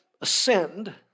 ascend